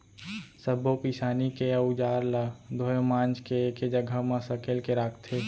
सब्बो किसानी के अउजार ल धोए मांज के एके जघा म सकेल के राखथे